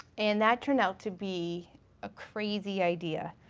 and that turned out to be a crazy idea.